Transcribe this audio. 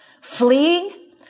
fleeing